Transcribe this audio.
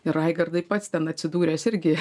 ir raigardai pats ten atsidūręs irgi